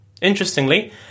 Interestingly